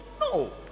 No